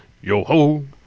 Yo-ho